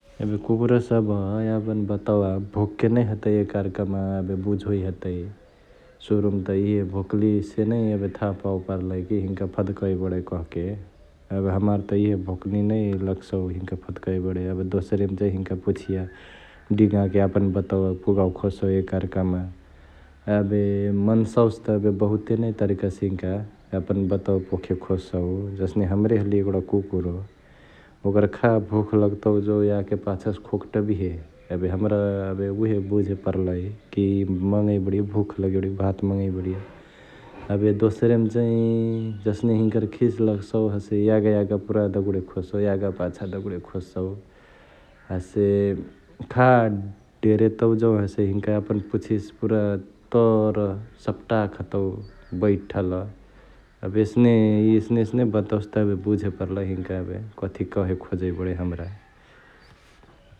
एबे कुकुरसभ यापन बतवा भुकके नै हतई एक आर्कामा एबे बुझोइ हतई । सुरुमा त यिहे भोकलिसे नै थाह पावे पर्लई कि हिन्का फदकई बडै कहके । एबे हमार त यिहे भोकली नै लगसौ हिनका फदकई बडै एबे दोसरी मा चाही हिनका पुछिया डिङाके यापन बतवा पुगावे खोजसउ एकआर्कामा । एबे मन्सवसे त बहुते नै तरिका से हिनका यापन बतवा पोखे खोजसउ, जसने हमरे हलिइए कुकुर ओकर खा भुख लगतउ जौं याके पाछे से खोक्टबिहे एबे हमरा एबे उहे बुझे पर्लई कि मङै बडिए, भुख लगै बडै भात मङै बडिए । एबे दोसेरे म चै जसने हिन्कर खिस लगसौ हसे यगा यगा पुरा दगुडे खोजसउ, यगा पछा दगुडे खोजसउ हसे खा डेरतउ जौं हसे हिनका यापन पुछिया से पुरा तर सपटाके हतउ बैठल । एबे एसने एसनेएसने बतवा त एबे बुझे परलई हिन्का एबे कथी कहई खोजै बडै हमरा के ।